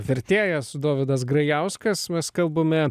vertėjas dovydas grajauskas mes kalbame